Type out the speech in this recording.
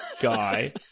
guy